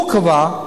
הוא קבע,